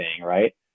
right